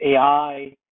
AI